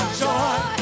joy